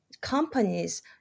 companies